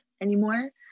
anymore